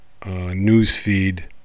newsfeed